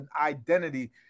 identity